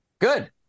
Good